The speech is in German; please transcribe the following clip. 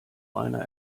einer